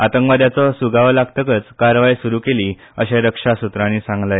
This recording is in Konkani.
आतंकवाद्यांचो सुगावो लागतकच कारवाय सूरू केली अशें रक्षा स्त्रांनी सांगले